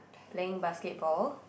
playing basketball